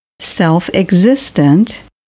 self-existent